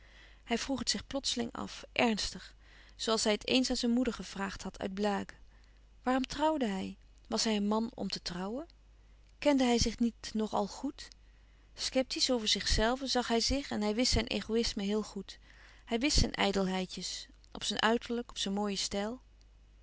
hij vroeg het zich plotseling af ernstig zoo als hij het eens aan zijn moeder gevraagd had uit blague waarom trouwde hij was hij een man om te trouwen kende hij zich niet nog al goed sceptiesch over zichzelven zag hij zich en hij wist zijn egoïsme heel goed hij wist zijn ijdelheidjes op zijn uiterlijk op zijn mooien stijl